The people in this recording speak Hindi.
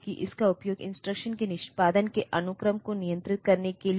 यदि आप केवल इस A को अनदेखा करते हैं